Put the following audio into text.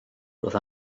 roedd